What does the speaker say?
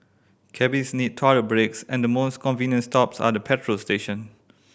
cabbies need toilet breaks and the most convenient stops are at petrol station